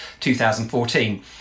2014